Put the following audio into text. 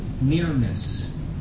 nearness